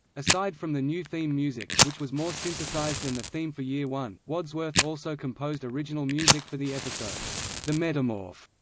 aside from the new theme music, which was more synthesised than the theme for year one, wadsworth also composed composed original music for the episodes the metamorph,